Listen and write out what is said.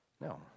no